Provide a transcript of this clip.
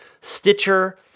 Stitcher